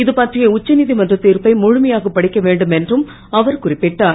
இதுபற்றிய உச்ச நீதிமன்ற தீர்ப்பை முழமையாகப் படிக்கவேண்டும் என்றும் அவர் குறிப்பிட்டார்